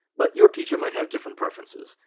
but your teacher might have different preferences.